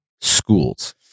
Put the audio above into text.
schools